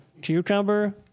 Cucumber